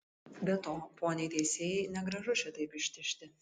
be to poniai teisėjai negražu šitaip ištižti